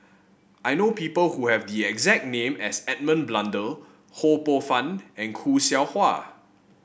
I know people who have the exact name as Edmund Blundell Ho Poh Fun and Khoo Seow Hwa